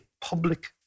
public